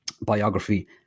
biography